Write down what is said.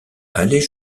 allait